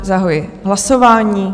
Zahajuji hlasování.